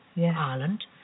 Ireland